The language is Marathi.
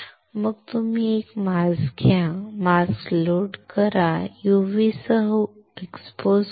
मग तुम्ही एक मास्क घ्या मास्क लोड करा ते UV सह उघड करा